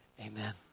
Amen